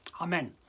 Amen